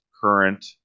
current